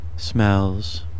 smells